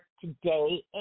today